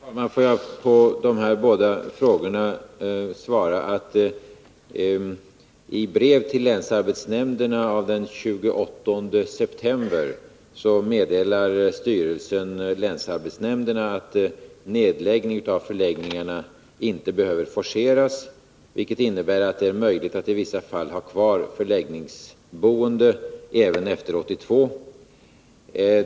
Herr talman! Får jag på de här båda frågorna svara genom att hänvisa till vad arbetsmarknadsstyrelsen meddelat länsarbetsnämnderna i brev av den 28 september. Där sägs: ”Nedläggning av förläggningarna behöver inte forceras, vilket innebär att det är möjligt att i vissa fall ha kvar förläggningsboende även efter 1982.